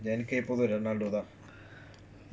எனக்குஎப்பயுமேரொனால்டோதான்:enaku epayume ronaldo than